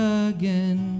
again